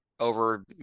over